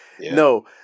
No